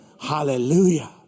Hallelujah